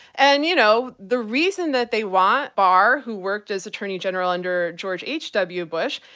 and you know the reason that they want barr, who worked as attorney general under george h. w. bush,